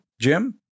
Jim